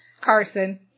Carson